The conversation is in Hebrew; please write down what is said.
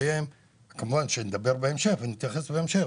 כמובן שנדבר בהמשך ונתייחס בהמשך,